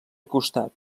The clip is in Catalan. costat